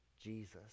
Jesus